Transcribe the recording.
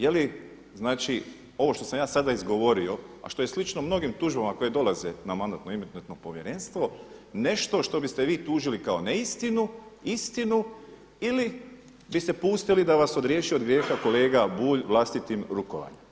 Je li znači ovo što sam ja sada izgovorio a što je slično mnogim tužbama koje dolaze na Mandatno-imunitetno povjerenstvo nešto što biste vi tužiti kao neistinu, istinu ili biste pustili da vas odriješi od grijeha kolega Bulj vlastitim rukovanjem.